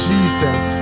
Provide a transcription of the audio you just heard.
Jesus